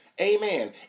amen